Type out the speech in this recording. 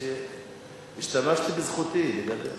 השתמשתי בזכותי לדבר.